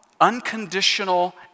unconditional